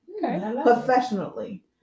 professionally